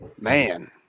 Man